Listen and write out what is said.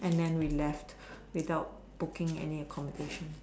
and then we left without booking any accommodation